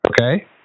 okay